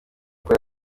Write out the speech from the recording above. uko